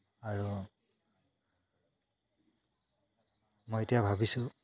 আৰু মই এতিয়া ভাবিছোঁ